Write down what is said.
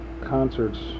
concerts